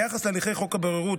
ביחס להליכי חוק הבוררות,